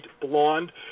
blonde